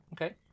okay